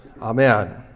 Amen